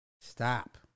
Stop